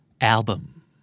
Album